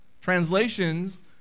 Translations